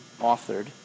authored